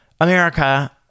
America